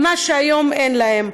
מה שהיום אין להם.